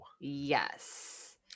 yes